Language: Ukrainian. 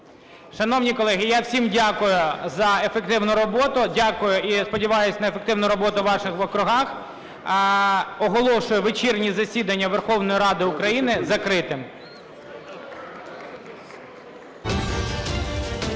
Шановні колеги, я всім дякую за ефективну роботу. Дякую і сподіваюсь на ефективну роботу у ваших округах. Оголошую вечірнє засідання Верховної Ради України закритим.